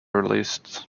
released